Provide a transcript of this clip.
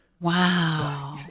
Wow